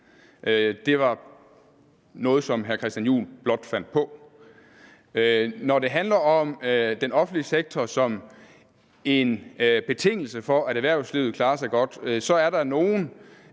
Det var noget, som hr. Christian Juhl blot fandt på. Når det handler om den offentlige sektor som en betingelse for, at erhvervslivet klarer sig godt, er der nogle